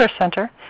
Center